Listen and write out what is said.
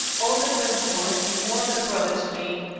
albert mensmore has been more than a brother to me.